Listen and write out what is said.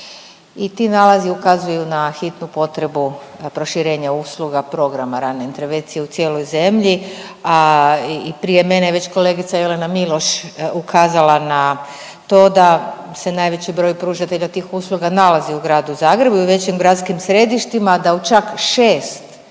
I ti nalazi ukazuju na hitnu potrebu proširenja usluga programa rane intervencije u cijeloj zemlji. A i prije mene je već kolegica Jelena Miloš ukazala na to da se najveći broj pružatelja tih usluga nalazi u Gradu Zagrebu i u većim gradskim središtima, da u čak šest